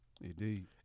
Indeed